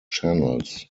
channels